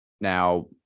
now